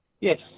Yes